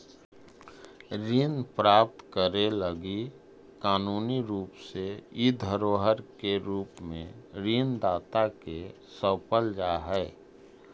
ऋण प्राप्त करे लगी कानूनी रूप से इ धरोहर के रूप में ऋण दाता के सौंपल जा हई